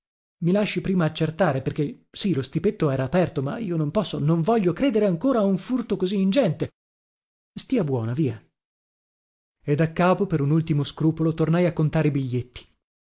i lasci prima accertare perché sì lo stipetto era aperto ma io non posso non voglio credere ancora a un furto così ingente stia buona via e daccapo per un ultimo scrupolo tornai a contare i biglietti